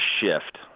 shift